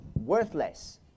worthless